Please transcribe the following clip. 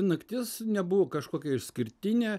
naktis nebuvo kažkokia išskirtinė